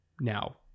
Now